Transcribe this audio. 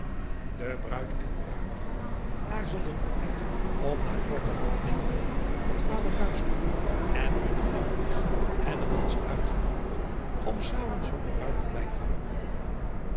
e ruid en ruidegom aarzelden ook niet om na korte ruggespraak met vader en hunne ouders uittenoodigen om s avonds hunne bruiloft bij te wonen